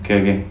okay okay